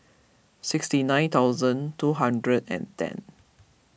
sixty nine thousand two hundred and ten